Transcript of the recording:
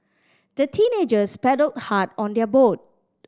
the teenagers paddled hard on their boat